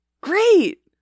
Great